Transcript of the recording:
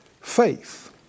faith